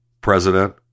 president